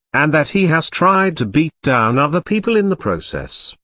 and that he has tried to beat down other people in the process,